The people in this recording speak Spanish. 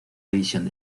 división